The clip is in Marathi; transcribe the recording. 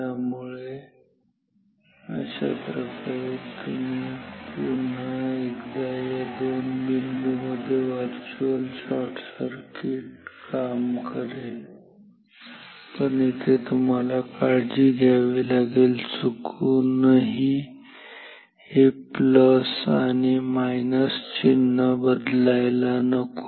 त्यामुळे अशाप्रकारे पुन्हा एकदा या दोन बिंदूमध्ये व्हर्च्युअल शॉर्टसर्किट काम करेल पण इथे तुम्हाला काळजी घ्यावी लागेल चुकून हे प्लस आणि मायनस चिन्ह बदलायला नको